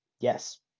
Yes